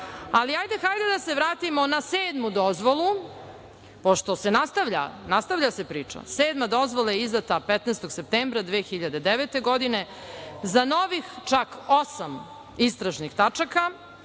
zakona. Hajde da se vratimo na sedmu dozvolu, pošto se nastavlja priča. Sedma dozvola je izdata 15. septembra 2009. godine za novih čak osam istražnih tačaka